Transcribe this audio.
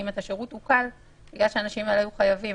את השירות עוקל כי האנשים הללו היו חייבים.